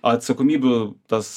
atsakomybių tas